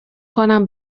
کنم